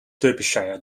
derbyshire